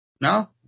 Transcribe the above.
No